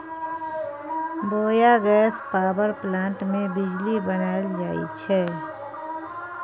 biogas power plant मे बिजली बनाएल जाई छै